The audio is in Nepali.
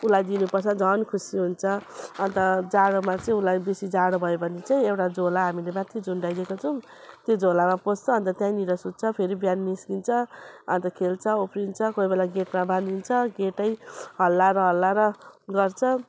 उसलाई दिनुपर्छ झन् खुसी हुन्छ अन्त जाडोमा चाहिँ उसलाई बेसी जाडो भयो भने चाहिँ एउडा झोला हामीले माथि झुन्ड्याइदिएको छौँ त्यो झोलामा पस्छ अन्त त्यहीँनिर सुत्छ फेरि बिहान निस्किन्छ अन्त खेल्छ उफ्रिन्छ कोही बेला गेटमा बाँधिदिन्छौँ गेटै हल्लाएर हल्लाएर गर्छ